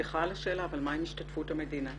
סליחה על השאלה, אבל מה עם השתתפות המדינה?